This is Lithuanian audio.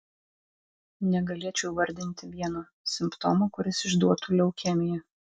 negalėčiau įvardinti vieno simptomo kuris išduotų leukemiją